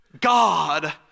God